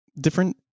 different